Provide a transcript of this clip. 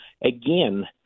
again